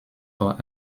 vor